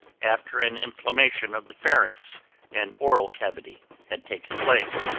after an inflammation of the pharynx and oral cavity had taken place.